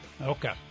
okay